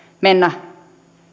mennä